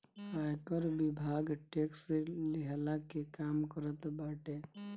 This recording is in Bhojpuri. आयकर विभाग टेक्स लेहला के काम करत बाटे